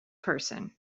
person